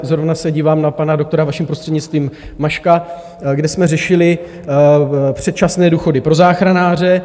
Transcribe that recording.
zrovna se dívám na pana doktora, vaším prostřednictvím, Maška, kde jsme řešili předčasné důchody pro záchranáře.